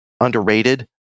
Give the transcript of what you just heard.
underrated